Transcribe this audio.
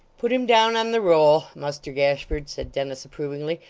put him down on the roll, muster gashford said dennis approvingly.